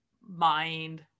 mind